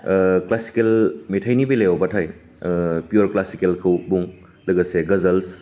classical मेथाइनि बेलायावब्लाथाय पियर क्लासिकेलखौ बुं लोगोसे गाजाल्स